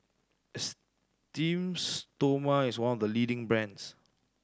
Esteem Stoma is one of the leading brands